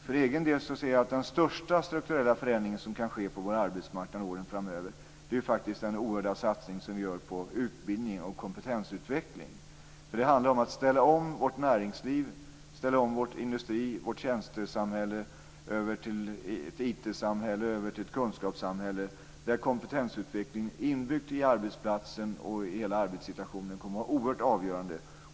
För egen del ser jag att den största strukturella förändringen som kan ske på vår arbetsmarknad under åren framöver är den oerhörda satsning vi gör på utbildning och kompetensutveckling. Det handlar om att ställa om vårt näringsliv, vår industri och vårt tjänstesamhälle till ett IT-samhälle och ett kunskapssamhälle. Där kommer kompetensutvecklingen, inbyggd i arbetsplatsen och i hela arbetssituationen, att vara oerhört avgörande.